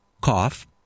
cough